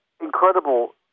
incredible